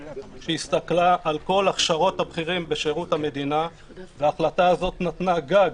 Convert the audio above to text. שהסתכלה על כל הכשרות הבכירים בשירות המדינה ההחלטה הזאת נתנה גג